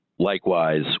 Likewise